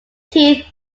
teeth